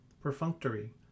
perfunctory